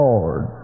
Lord